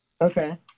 Okay